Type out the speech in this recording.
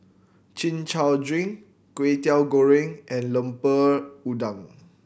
Chin Chow drink Kway Teow Goreng and Lemper Udang